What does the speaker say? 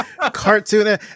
cartoon